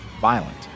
violent